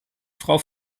frau